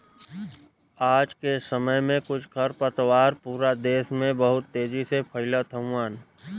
आज के समय में कुछ खरपतवार पूरा देस में बहुत तेजी से फइलत हउवन